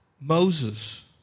Moses